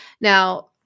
Now